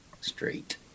Straight